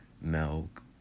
milk